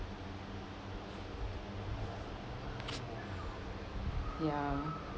ya ya